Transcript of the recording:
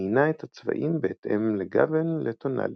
מיינה את הצבעים בהתאם לגוון לטונאליות.